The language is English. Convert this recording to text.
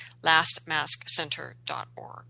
lastmaskcenter.org